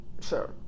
Sure